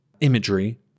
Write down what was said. imagery